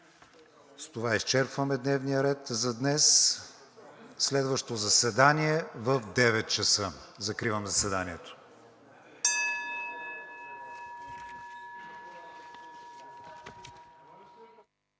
С това изчерпваме дневния ред за днес. Следващото заседание е утре в 9,00 ч. Закривам заседанието.